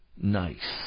nice